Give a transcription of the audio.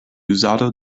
uzado